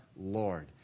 Lord